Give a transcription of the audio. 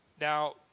Now